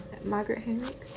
like margaret henricks